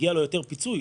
מגיע לו יותר פיצוי,